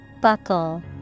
Buckle